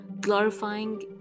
glorifying